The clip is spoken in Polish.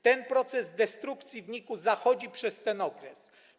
Ten proces destrukcji w NIK-u zachodzi przez ten okres.